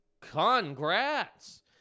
congrats